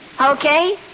Okay